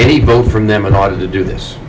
a vote from them in order to do this